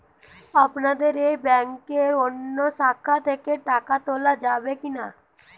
আপনাদের এই ব্যাংকের অন্য শাখা থেকে টাকা তোলা যাবে কি না?